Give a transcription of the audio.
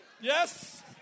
Yes